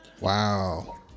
wow